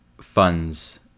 funds